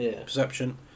perception